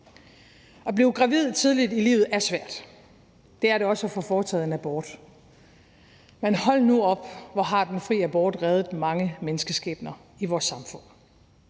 At blive gravid tidligt i livet er svært. Det er det også at få foretaget en abort. Men hold nu op, hvor har den fri abort reddet mange menneskeskæbner i vores samfund.